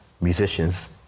Musicians